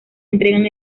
entregan